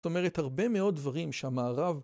זאת אומרת הרבה מאוד דברים שהמערב